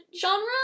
genre